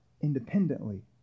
independently